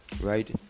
right